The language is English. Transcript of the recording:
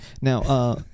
now